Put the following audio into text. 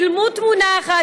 צילמו תמונה אחת,